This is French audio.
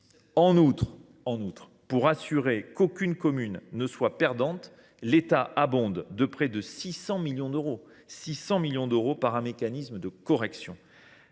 En outre, pour assurer qu’aucune commune ne soit perdante, l’État abonde de près de 600 millions d’euros par an un mécanisme de correction.